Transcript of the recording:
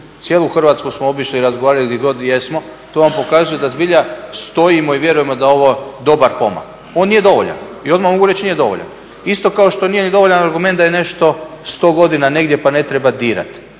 cijelu Hrvatsku smo obišli i razgovarali gdje god jesmo, to vam pokazuje da zbilja stojimo i vjerujemo da je ovo dobar pomak. On nije dovoljan, odmah mogu reći nije dovoljan. Isto kao što nije dovoljan ni argument da je nešto 100 godina negdje pa ne treba dirati.